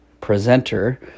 presenter